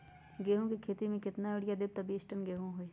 गेंहू क खेती म केतना यूरिया देब त बिस टन गेहूं होई?